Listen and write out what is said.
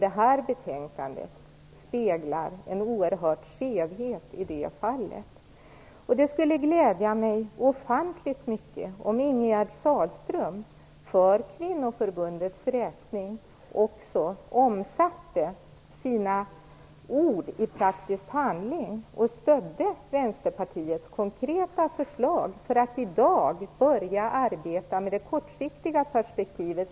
Det här betänkandet speglar en oerhörd feghet i det fallet. Det skulle glädja mig ofantligt mycket om Ingegerd Sahlström för kvinnoförbundets räkning också omsatte sina ord i praktisk handling och stödde Vänsterpartiets konkreta förslag för att i dag börja arbeta med det kortsiktiga perspektivet.